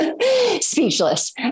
speechless